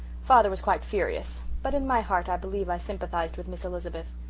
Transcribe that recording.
father was quite furious but in my heart i believe i sympathized with miss elizabeth.